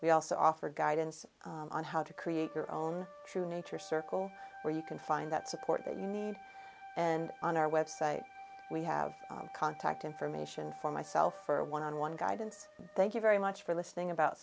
we also offer guidance on how to create your own true nature circle where you can find that support that you need and on our website we have contact information for myself for a one on one guidance thank you very much for listening about